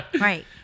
right